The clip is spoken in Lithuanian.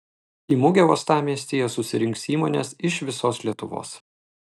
į mugę uostamiestyje susirinks įmonės iš visos lietuvos